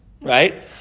right